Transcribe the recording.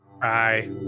Bye